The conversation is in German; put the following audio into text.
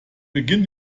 beginn